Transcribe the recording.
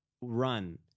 run